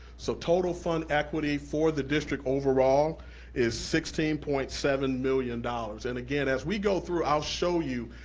so total fund equity for the district overall is sixteen point seven million dollars, and again, as we go through, i'll show you,